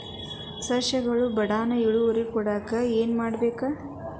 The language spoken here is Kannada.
ಸಸ್ಯಗಳು ಬಡಾನ್ ಇಳುವರಿ ಕೊಡಾಕ್ ಏನು ಮಾಡ್ಬೇಕ್?